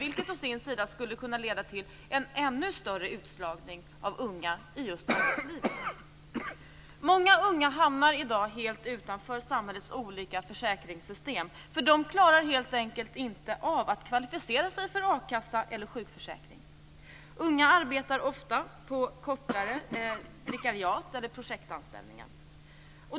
Det skulle å sin sida kunna leda till en ännu större utslagning av unga i arbetslivet. Många unga hamnar i dag helt utanför samhällets olika försäkringssystem. De klarar helt enkelt inte av att kvalificera sig för a-kassa eller sjukförsäkring. Unga arbetar ofta på kortare vikariat eller projektanställningar.